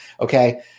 Okay